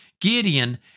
Gideon